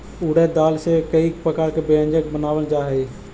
उड़द दाल से कईक प्रकार के व्यंजन बनावल जा हई